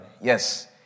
Yes